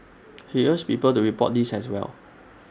she urged people to report these as well